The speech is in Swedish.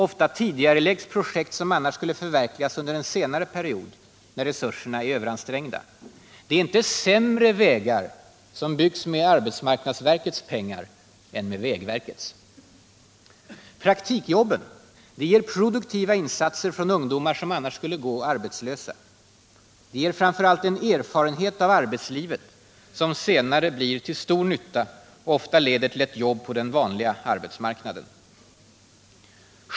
Ofta tidigareläggs projekt som annars skulle förverkligas under en senare period när resurserna är överansträngda. Det är inte sämre vägar som byggs med arbetsmarknadsverkets pengar än med vägverkets. Praktikjobb — det ger produktiva insatser från ungdomar som annars skulle gå arbetslösa. Det ger framför allt en erfarenhet av arbetslivet som senare blir till stor nytta och ofta leder till ett jobb på den vanliga arbetsmarknaden.